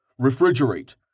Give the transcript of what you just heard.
Refrigerate